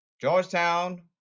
Georgetown